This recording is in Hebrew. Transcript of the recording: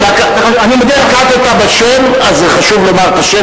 מדבר בשם עצמו.